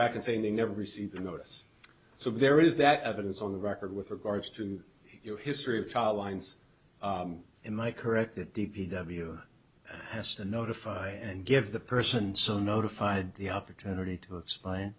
back and saying they never received a notice so there is that evidence on the record with regards to your history of child lines in my corrected d p w has to notify and give the person so notified the opportunity to explain